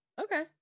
okay